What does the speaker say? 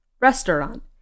Restaurant